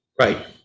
right